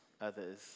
others